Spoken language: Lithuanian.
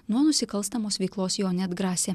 nuo nusikalstamos veiklos jo neatgrasė